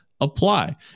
apply